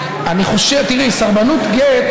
הן מלוות אותנו כאן,